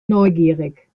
neugierig